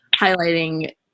highlighting